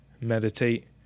meditate